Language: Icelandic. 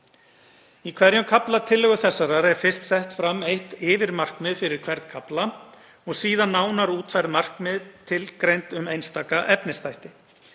Í hverjum kafla tillögu þessarar er fyrst sett fram eitt yfirmarkmið fyrir hvern kafla og síðan nánar útfærð markmið tilgreind um einstaka efnisþætti.